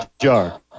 jar